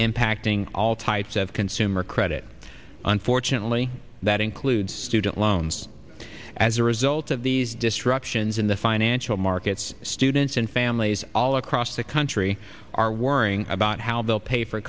impacting all types of consumer credit unfortunately that includes student loans as a result of these disruptions in the financial markets students and families all across the country are worrying about how they'll pay for